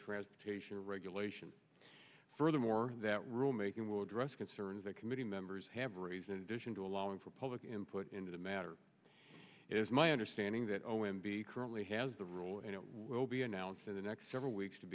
transportation or regulation furthermore that rulemaking will address concerns that committee members have raised in addition to allowing for public input into the matter it is my understanding that o m b currently has the role and will be announced in the next several weeks to